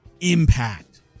impact